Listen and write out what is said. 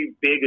big